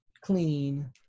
Clean